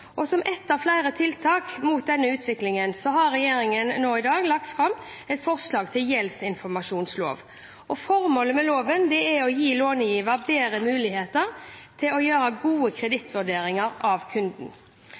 før. Som ett av flere tiltak mot denne utviklingen har regjeringen i dag lagt fram et forslag til gjeldsinformasjonslov. Formålet med loven er å gi långiverne bedre mulighet til å gjøre gode kredittvurderinger av kunden.